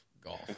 golf